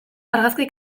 argazki